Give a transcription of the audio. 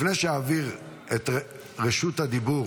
לפני שאעביר את רשות הדיבור